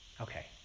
Okay